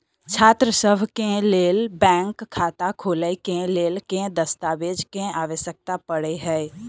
छात्रसभ केँ लेल बैंक खाता खोले केँ लेल केँ दस्तावेज केँ आवश्यकता पड़े हय?